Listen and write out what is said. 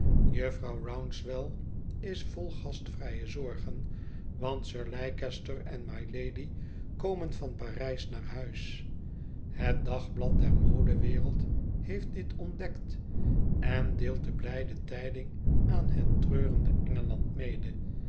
jufvrouw rouncewell is vol gastvrije zorgen want sir leicester en mylady komen van p a r ij s naar huis het dagblad der modewereld heeft dit ontdekt en deelt de blijde tijding aan het treurende engeland mede